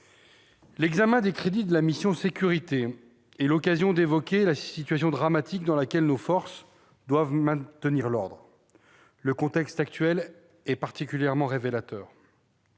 L'examen des crédits de la mission « Sécurités » est l'occasion d'évoquer la situation dramatique dans laquelle nos forces doivent maintenir l'ordre. Le contexte actuel est particulièrement révélateur.